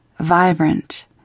Vibrant